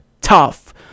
tough